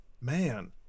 Man